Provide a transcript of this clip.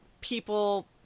people